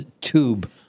tube